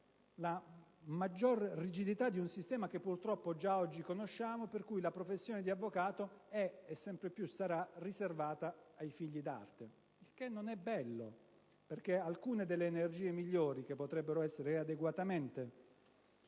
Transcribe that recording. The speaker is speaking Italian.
la maggior rigidità di un sistema che purtroppo già oggi conosciamo, per cui la professione di avvocato è - e sempre più sarà - riservata ai figli d'arte. Ciò non è bello, perché alcune delle energie migliori che potrebbero essere adeguatamente